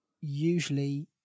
usually